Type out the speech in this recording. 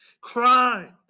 crime